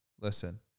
Listen